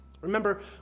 Remember